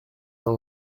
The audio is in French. dans